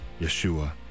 Yeshua